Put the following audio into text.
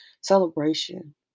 celebration